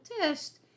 test